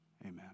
amen